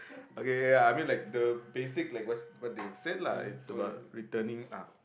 okay okay ya I mean like the basic like what what they have said lah it's about returning ah